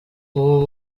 ubu